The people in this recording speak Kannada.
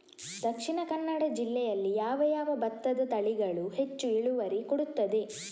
ದ.ಕ ಜಿಲ್ಲೆಯಲ್ಲಿ ಯಾವ ಯಾವ ಭತ್ತದ ತಳಿಗಳು ಹೆಚ್ಚು ಇಳುವರಿ ಕೊಡುತ್ತದೆ?